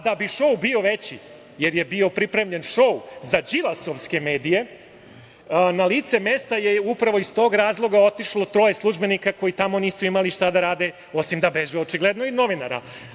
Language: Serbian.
Da bi šou bio veći, jer je bio pripremljen šou za đilasovske medije, na lice mesta je upravo iz tog razloga otišlo troje službenika koji tamo nisu imali šta da rade osim da beže, očigledno, i od novinara.